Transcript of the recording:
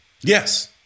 Yes